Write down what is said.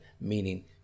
meaning